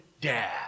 dad